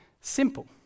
Simple